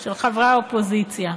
של חברי האופוזיציה.